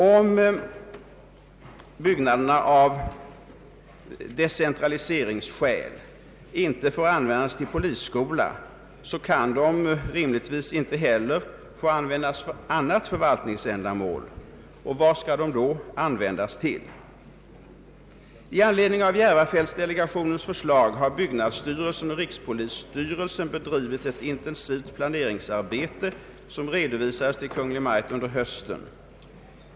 Om byggnaderna av <decentraliseringsskäl inte får användas till polisskola kan de rimligtvis inte heller få användas för annat förvaltningsändamål. Och vad skall de då användas till? I anledning av Järvafältsdelegationens förslag har byggnadsstyrelsen och rikspolisstyrelsen bedrivit ett intensivt planeringsarbete, som redovisades till Kungl. Maj:t under hösten.